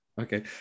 Okay